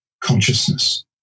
consciousness